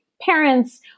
parents